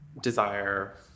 desire